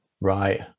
Right